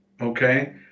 okay